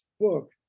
book